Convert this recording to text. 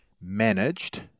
managed